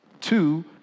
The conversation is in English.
two